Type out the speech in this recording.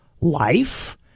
life